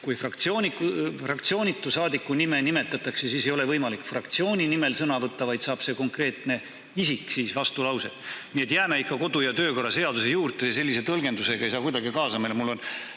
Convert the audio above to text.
Kui fraktsioonitu saadiku nime nimetatakse, siis ei ole võimalik fraktsiooni nimel sõna võtta, vaid saab see konkreetne isik vastulause. Nii et jääme ikka kodu- ja töökorra seaduse juurde. Sellise tõlgendusega ei saa kuidagi kaasa minna.